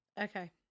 Okay